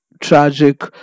tragic